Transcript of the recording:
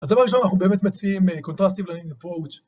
הדבר הראשון אנחנו באמת מציעים contrastive learning approach.